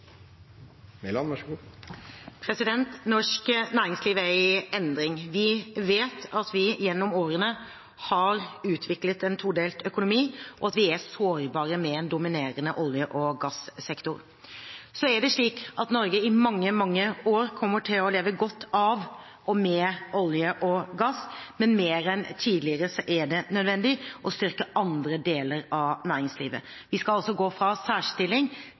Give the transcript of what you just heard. og gassektor. Så er det slik at Norge i mange, mange år kommer til å leve godt av og med olje og gass. Men mer enn tidligere er det nødvendig å styrke andre deler av næringslivet. Vi skal gå fra særstilling